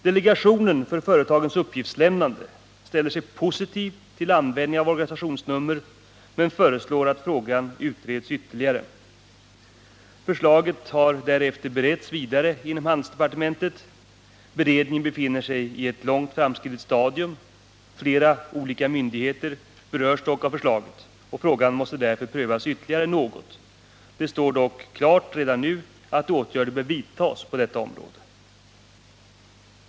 Delegationen för företagens uppgiftslämnande ställer sig positiv till användningen av organisationsnummer men föreslår att frågan utreds ytterligare. Förslaget har därefter beretts vidare inom handelsdepartementet. Beredningen befinner sig i ett långt framskridet stadium. Flera olika myndigheter berörs dock av förslaget. Frågan måste därför prövas ytterligare något. Det står dock redan nu klart att åtgärder bör vidtas på detta område.